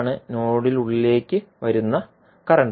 ഇതാണ് നോഡിനുള്ളിലേക്ക് വരുന്ന കറന്റ്